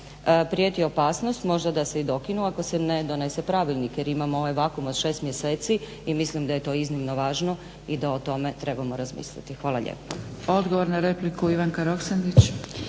prijeti opasnost. Možda da se i dokinu ako se ne donese pravilnik jer imamo ovaj vakuum od 6 mjeseci i mislim da je to iznimno važno i da o tome trebamo razmisliti. Hvala lijepo.